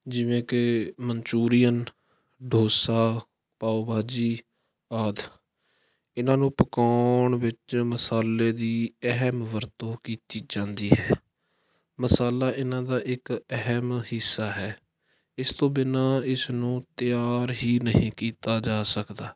ਜਿਵੇਂ ਕਿ ਮਨਚੂਰੀਅਨ ਡੋਸਾ ਪਾਓ ਭਾਜੀ ਆਦਿ ਇਹਨਾਂ ਨੂੰ ਪਕਾਉਣ ਵਿੱਚ ਮਸਾਲੇ ਦੀ ਅਹਿਮ ਵਰਤੋਂ ਕੀਤੀ ਜਾਂਦੀ ਹੈ ਮਸਾਲਾ ਇਹਨਾਂ ਦਾ ਇੱਕ ਅਹਿਮ ਹਿੱਸਾ ਹੈ ਇਸ ਤੋਂ ਬਿਨਾ ਇਸ ਨੂੰ ਤਿਆਰ ਹੀ ਨਹੀਂ ਕੀਤਾ ਜਾ ਸਕਦਾ